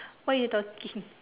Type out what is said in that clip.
what you talking